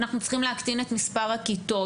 אנחנו צריכים להקטין את מספר הכיתות,